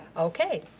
okay.